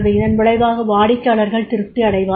இதன் விளைவாக வாடிக்கையாளர்கள் திருப்தி அடைவார்கள்